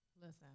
Listen